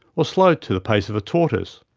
or slow to the pace of a tortoise.